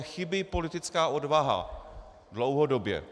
Chybí politická odvaha dlouhodobě.